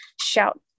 shout